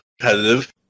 competitive